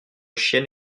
chienne